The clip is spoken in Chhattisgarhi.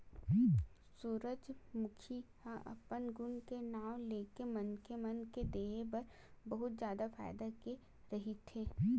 सूरजमूखी ह अपन गुन के नांव लेके मनखे मन के देहे बर बहुत जादा फायदा के रहिथे